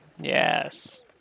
yes